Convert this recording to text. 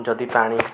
ଯଦି ପାଣି